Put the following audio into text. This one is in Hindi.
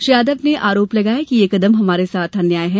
श्री यादव ने आरोप लगाया कि यह कदम हमारे साथ अन्याय है